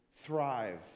thrive